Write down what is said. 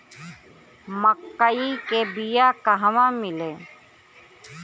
मक्कई के बिया क़हवा मिली?